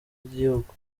by’igihugu